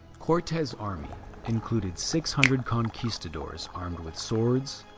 cortes' army included six hundred conquistadors armed with swords,